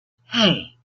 hey